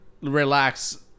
relax